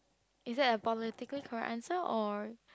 is that a positively correct answer or